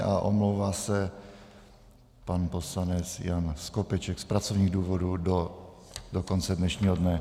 A omlouvá se pan poslanec Jan Skopeček z pracovních důvodů do konce dnešního dne.